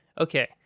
Okay